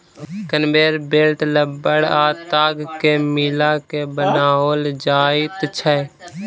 conveyor belt रबड़ आ ताग के मिला के बनाओल जाइत छै